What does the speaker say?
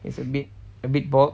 he's a bit a bit bald